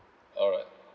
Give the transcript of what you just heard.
alright